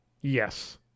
Yes